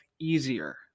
easier